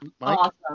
Awesome